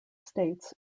states